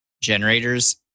generators